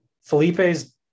Felipe's